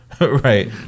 right